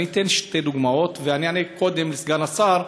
אני אתן שתי דוגמאות, ואני אענה קודם לסגן השר: